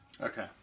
okay